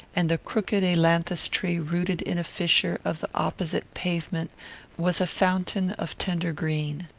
and the crooked ailanthus-tree rooted in a fissure of the opposite pavement was a fountain of tender green.